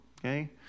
okay